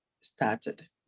started